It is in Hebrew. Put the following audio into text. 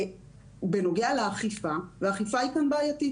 בנוגע לאכיפה, היא בעיתית.